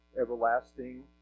everlasting